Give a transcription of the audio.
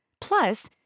Plus